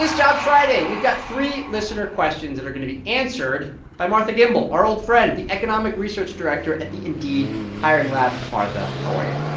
jobs friday, we've got three listener questions that are going to be answered by martha gimbel, our old friend, the economic research director at the indeed hiring lab. martha, how are you?